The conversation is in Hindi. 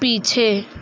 पीछे